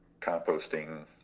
composting